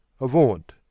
Avaunt